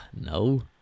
No